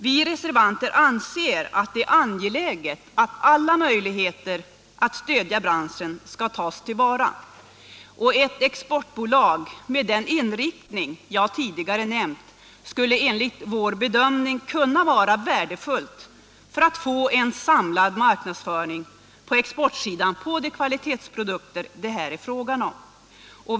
Vi reservanter anser att det är angeläget att alla möjligheter att stödja branschen tas till vara, och ett exportbolag med den inriktning jag tidigare nämnt skulle enligt vår bedömning kunna vara värdefullt för att få en samlad marknadsföring på exportsidan av de kvalitetsprodukter som det här är fråga om.